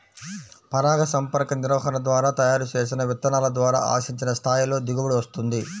పరాగసంపర్క నిర్వహణ ద్వారా తయారు చేసిన విత్తనాల ద్వారా ఆశించిన స్థాయిలో దిగుబడి వస్తుంది